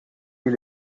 est